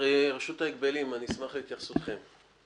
רשות ההגבלים, אני אשמח להתייחסותכם.